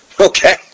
Okay